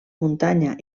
muntanya